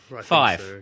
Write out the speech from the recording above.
Five